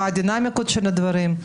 מה הדינאמיקות של הדברים.